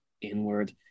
inward